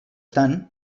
tant